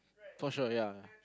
touch wood ya